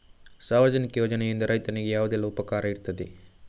ಸಾರ್ವಜನಿಕ ಯೋಜನೆಯಿಂದ ರೈತನಿಗೆ ಯಾವುದೆಲ್ಲ ಉಪಕಾರ ಇರ್ತದೆ?